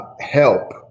help